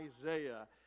Isaiah